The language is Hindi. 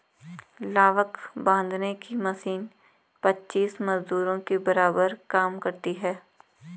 लावक बांधने की मशीन पच्चीस मजदूरों के बराबर काम करती है